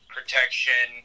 Protection